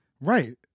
Right